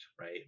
right